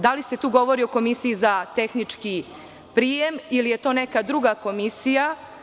Da li se tu govori o komisiji za tehnički prijem ili je to neka druga komisija?